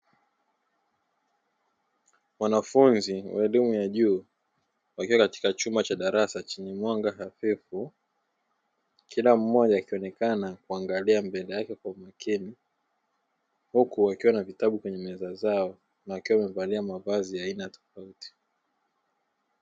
Wanafunzi wa elimu ya juu wakiwa katika chumba cha darasa chenye mwanga hafifu, kila mmoja akionekana kuangalia mbele yake kwa umakini; huku wakiwa na vitabu kwenye meza zao na wakiwa wamevalia mavazi ya aina tofauti.